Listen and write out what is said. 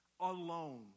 alone